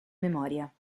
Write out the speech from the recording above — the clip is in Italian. memoria